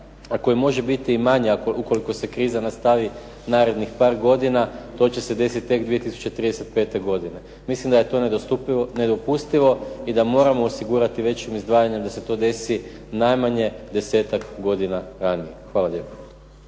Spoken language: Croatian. koji može biti manji ukoliko se kriza nastavi narednih par godina. To će se tek desiti 2035. godine. Mislim da je to nedopustivo i da moramo osigurati većim izdvajanjem da se to desi najmanje desetak godina ranije. Hvala lijepo.